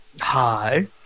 Hi